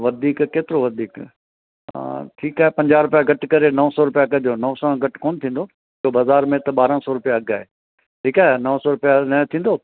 वधीक केतिरो वधीक ठीकु आहे पंजाहु रुपया घटि करे नव सौ रुपया कजो नौ सौ खां कोन थींदो छो बाज़ारि में त ॿारह सौ रुपया अघु आहे ठीकु आहे नौ सौ रुपया इनजो थींदो